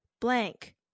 blank